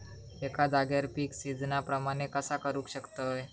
एका जाग्यार पीक सिजना प्रमाणे कसा करुक शकतय?